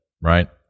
right